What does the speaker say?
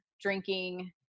Drinking